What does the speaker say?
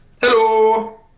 Hello